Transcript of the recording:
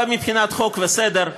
גם מבחינת חוק וסדר,